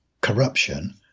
corruption